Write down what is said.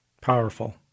powerful